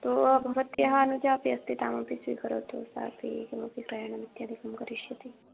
तो भवत्याः अनुजा अपि अस्ति ताम् अपि स्वीकरोतु सापि किमपि क्रयणम् इत्यादिकं करिष्यति